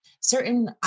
certain